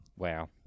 Wow